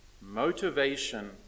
motivation